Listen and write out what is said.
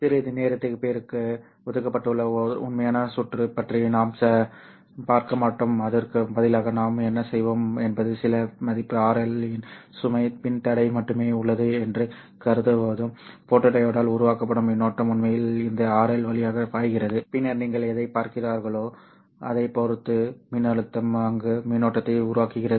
சிறிது நேரத்திற்குப் பிறகு ஒதுக்கப்பட்டுள்ள உண்மையான சுற்று பற்றி நாம் பார்க்க மாட்டோம் அதற்கு பதிலாக நாம் என்ன செய்வோம் என்பது சில மதிப்பு RL இன் சுமை மின்தடை மட்டுமே உள்ளது என்று கருதுவதும் போட்டோடியோடால் உருவாக்கப்படும் மின்னோட்டம் உண்மையில் இந்த RL வழியாக பாய்கிறது பின்னர் நீங்கள் எதைப் பார்க்கிறீர்களோ அதைப் பொறுத்து மின்னழுத்தம் அல்லது மின்னோட்டத்தை உருவாக்குகிறது